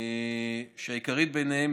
ואלה הוגדרו